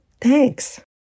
Thanks